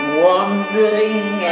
wandering